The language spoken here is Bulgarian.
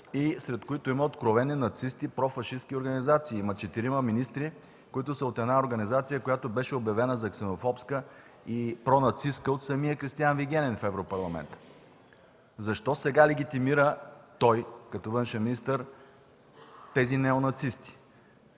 и сред които има откровени нацисти и профашистки организации, има четирима министри, които са от една организация, която беше обявена за ксенофобска и пронацистка от самия Кристиан Вигенин в Европарламента. Защо сега той като външен министър легитимира тези неонацисти?